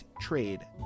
trade